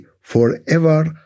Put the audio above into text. forever